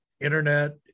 internet